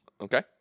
Okay